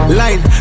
line